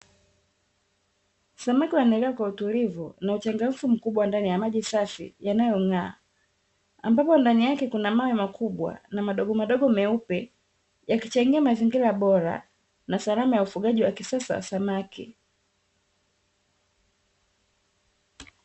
Samaki wanaelea kwa utulivu na uchangamfu mkubwa ndani ya maji safi yanayong'aa, ambapo ndani yake kuna mawe makubwa na madogo madogo meupe; yakichangia mazingira bora na salama ya ufugaji wa kisasa wa samaki.